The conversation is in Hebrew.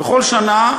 וכל שנה,